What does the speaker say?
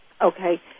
Okay